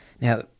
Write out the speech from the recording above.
Now